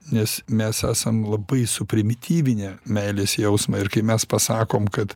nes mes esam labai suprimityvinę meilės jausmą ir kai mes pasakom kad